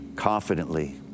confidently